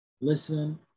listen